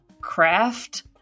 craft